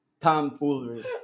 tomfoolery